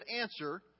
answer